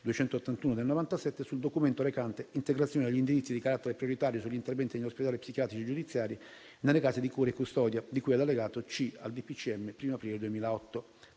281 del 1997, sul documento recante «Integrazione agli indirizzi di carattere prioritario sugli interventi negli Ospedali psichiatrici giudiziari (OPG) e nelle Case di cura e custodia (CCC) di cui all'Allegato C al DPCM 1° aprile 2008».